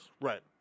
right